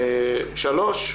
שלוש.